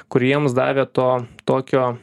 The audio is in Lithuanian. kur jiems davė to tokio